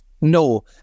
no